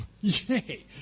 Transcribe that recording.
Yay